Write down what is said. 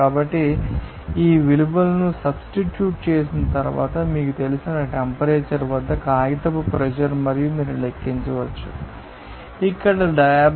కాబట్టి ఈ విలువలను సబ్స్టిట్యూట్ చేసిన తరువాత మీకు తెలిసిన టెంపరేచర్ వద్ద కాగితపు ప్రెషర్ మీరు లెక్కించవచ్చు ఇక్కడ 52